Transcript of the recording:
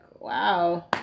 Wow